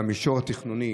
במישור התכנוני.